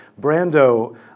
Brando